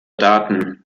daten